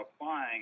applying